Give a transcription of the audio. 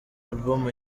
album